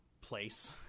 place